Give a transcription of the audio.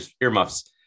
earmuffs